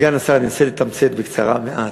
סגן השר, אני אנסה לתמצת בקצרה, מעט.